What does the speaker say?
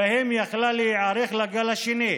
שבהם יכלה להיערך לגל השני,